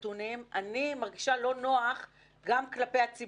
המוקד כן מנטר 24/7. גם אמרתי שהיה לנו חוסר לא משנה עכשיו.